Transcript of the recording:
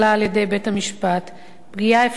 פגיעה אפשרית ובעיות נוספות